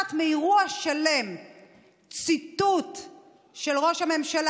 לקחת מאירוע שלם ציטוט של ראש הממשלה,